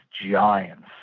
giants